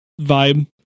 vibe